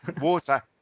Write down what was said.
water